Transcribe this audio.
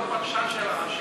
אתה לא פרשן של רעשים.